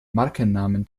markennamen